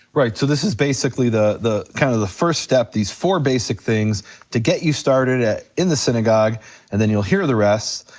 right, so this is basically kinda the kind of the first step, these four basic things to get you started ah in the synagogue and then you'll hear the rest,